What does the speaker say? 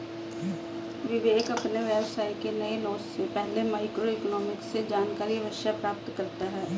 विवेक अपने व्यवसाय के नए लॉन्च से पहले माइक्रो इकोनॉमिक्स से जानकारी अवश्य प्राप्त करता है